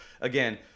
again